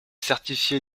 certifié